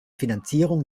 finanzierung